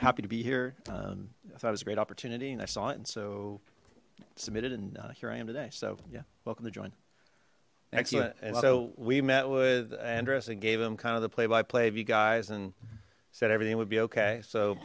happy to be here um i thought it was a great opportunity and i saw it and so submitted and uh here i am today so yeah welcome to join excellent and so we met with andres and gave him kind of the play by play of you guys and said everything would be okay so